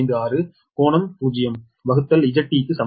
956∟00 வகுத்தல் ZT க்கு சமம்